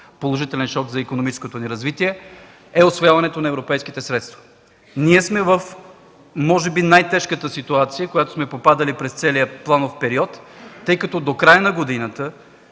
положителен шок за икономическото ни развитие, е усвояването на европейските средства. Ние сме може би в най-тежката ситуация, в която сме попадали през целия планов период, тъй като до края на годината,